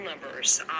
numbers